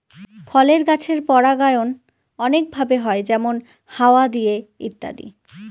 ফলের গাছের পরাগায়ন অনেক ভাবে হয় যেমন হাওয়া দিয়ে ইত্যাদি